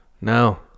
no